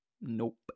nope